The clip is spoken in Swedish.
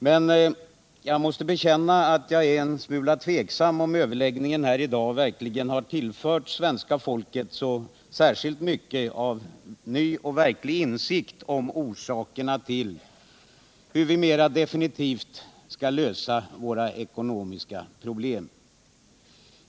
Men jag måste bekänna att jag är en smula tveksam om överläggningen här i dag har tillfört svenska folket så särskilt mycket av ny och verklig insikt i hur vi mera definitivt skall lösa våra ekonomiska problem.